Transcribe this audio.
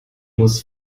muss